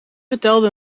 vertelde